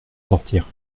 sortir